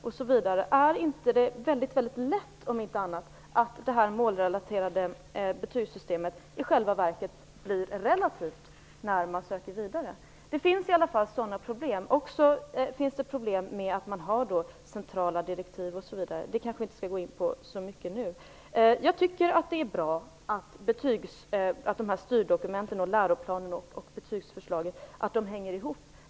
Är det inte väldigt lätt att det målrelaterade betygssystemet i själva verket blir relativt när man söker vidare? Det finns sådana problem. Det finns också problem med att man har centrala direktiv osv. Det skall vi kanske inte gå in på så mycket nu. Jag tycker att det är bra att styrdokumenten - läroplanen och betygsförslaget - hänger ihop.